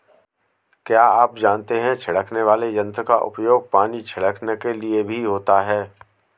क्या आप जानते है छिड़कने वाले यंत्र का उपयोग पानी छिड़कने के लिए भी होता है?